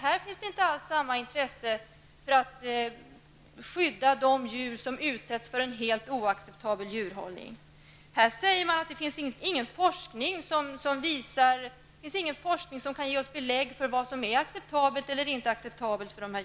Här finns det inte alls samma intresse av att skydda de djur som utsätts för en helt oacceptabel djurhållning. Man säger att det inte finns någon forskning som kan ge belägg för vad som är acceptabelt eller inte.